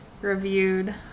reviewed